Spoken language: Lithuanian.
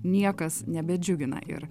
niekas nebedžiugina ir